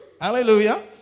Hallelujah